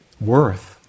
worth